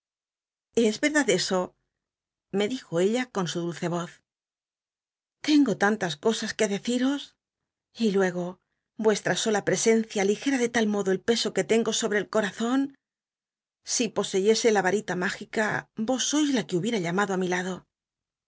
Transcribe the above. es verdad eso me dijo ella con su dulce voz tengo tantas cosas que dccii'os y luego vuestra sola presencia aligera de tal modo el peso que tengo sobre el corazon si poseyese la varita mtígica vos sois la que hubiera llamado á mi lado